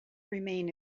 remain